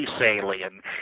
alien